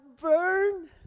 burn